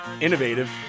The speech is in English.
Innovative